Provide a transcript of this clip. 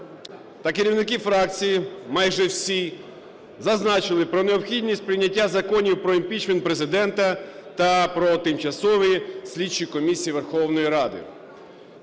керівники фракцій майже всі зазначили про необхідність прийняття законів про імпічмент Президента та про тимчасові слідчі комісії Верховної Ради.